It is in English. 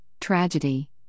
Tragedy